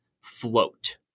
float